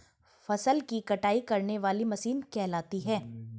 फसल की कटाई करने वाली मशीन कहलाती है?